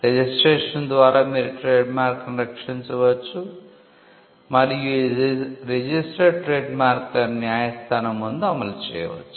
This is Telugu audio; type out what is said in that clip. రిజిస్ట్రేషన్ ద్వారా మీరు ట్రేడ్మార్క్లను రక్షించవచ్చు మరియు ఈ రిజిస్టర్డ్ ట్రేడ్మార్క్లను న్యాయస్థానం ముందు అమలు చేయవచ్చు